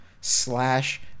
slash